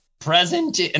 present